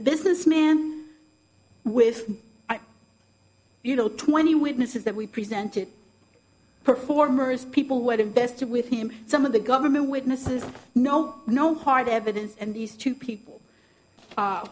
businessman with you know twenty witnesses that we presented performers people were invested with him some of the government witnesses no no hard evidence and these two people